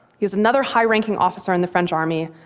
he's another high-ranking officer in the french army,